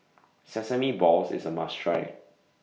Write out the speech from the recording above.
Sesame Balls IS A must Try